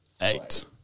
Eight